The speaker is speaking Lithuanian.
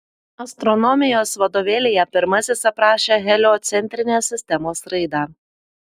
astronomijos vadovėlyje pirmasis aprašė heliocentrinės sistemos raidą